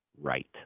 right